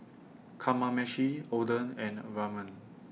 Kamameshi Oden and Ramen